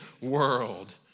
world